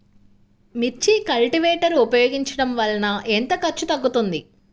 మిర్చి కల్టీవేటర్ ఉపయోగించటం వలన ఎంత ఖర్చు తగ్గుతుంది?